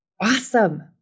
Awesome